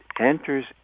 enters